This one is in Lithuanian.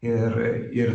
ir ir